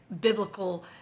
biblical